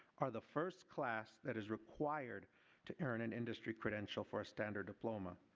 are the first class that is required to earn an industry credential for a standard diploma.